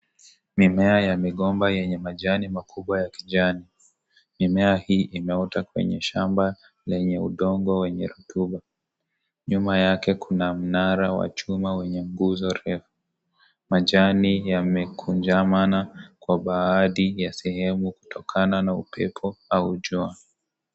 Mimea ya migomba yenye majani makubwa ya kijani. Mimea hii imeota kwenye shamba lenye udongo wenye rotuba. Nyuma yake kuna mnara wa chuma wenye nguzo refu. Majani yamekunjamana kwa baadhi ya sehemu kutokana na upepo au jua.